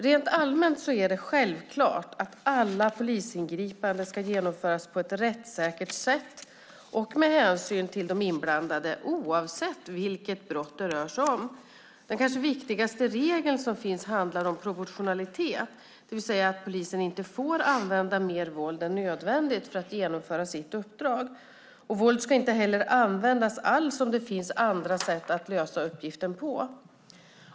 Rent allmänt är det självklart att alla polisingripanden ska genomföras på ett rättssäkert sätt och med hänsyn till de inblandade oavsett vilket brott det rör sig om. Den kanske viktigaste regeln som finns handlar om proportionalitet, det vill säga att polisen inte får använda mer våld än nödvändigt för att genomföra sitt uppdrag. Våld ska inte heller användas alls om det finns andra sätt att lösa uppgiften.